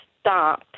stop